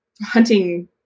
hunting